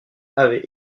avait